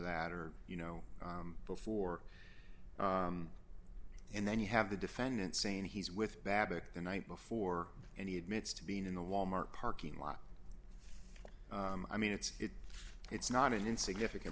that or you know before and then you have the defendant saying he's with that the night before and he admits to being in the wal mart parking lot i mean it's it's it's not an insignificant